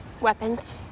Weapons